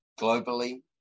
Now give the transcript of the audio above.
globally